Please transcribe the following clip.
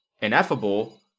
Ineffable